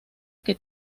que